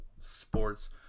sports